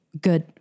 good